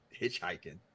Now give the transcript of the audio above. hitchhiking